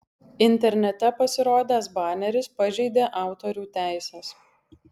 internete pasirodęs baneris pažeidė autorių teises